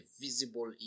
visible